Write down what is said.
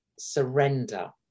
surrender